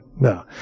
No